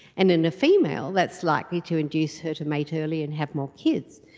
and in a female that's likely to induce her to mate early and have more kids.